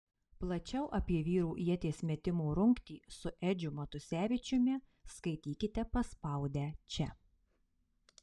plačiau apie vyrų ieties metimo rungtį su edžiu matusevičiumi skaitykite paspaudę čia